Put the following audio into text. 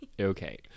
Okay